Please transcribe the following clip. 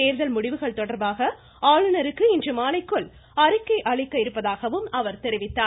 தோ்தல் முடிவுகள் தொடர்பாக ஆளுநருக்கு இன்று மாலைக்குள் அறிக்கை அளிக்க இருப்பதாகவும் அவர் தெரிவித்தார்